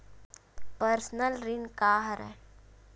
Personal ऋण का हरय?